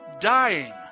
dying